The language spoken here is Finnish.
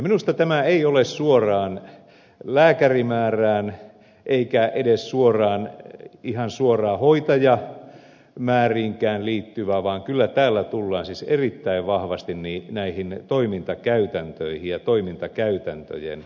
minusta tämä ei ole suoraan lääkärimäärään eikä edes ihan suoraan hoitajamääriinkään liittyvä vaan kyllä täällä tullaan siis erittäin vahvasti näihin toimintakäytäntöihin ja toimintakäytäntöjen uudistamiseen